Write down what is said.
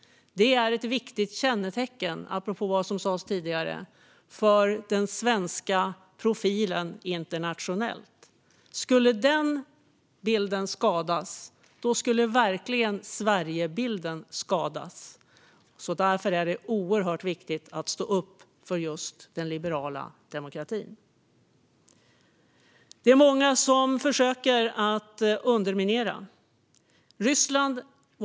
Det är ett viktigt kännetecken, apropå vad som sas tidigare, för den svenska profilen internationellt. Om den bilden skulle skadas skulle Sverigebilden verkligen skadas. Därför är det oerhört viktigt att stå upp för just den liberala demokratin. Det är många som försöker underminera den.